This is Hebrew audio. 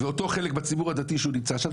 אותו חלק בציבור הדתי שהוא נמצא שם,